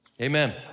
amen